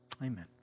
amen